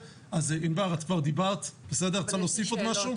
ענבר, את רוצה להוסיף עוד משהו?